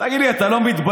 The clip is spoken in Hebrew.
תגיד לי, אתה לא מתבייש?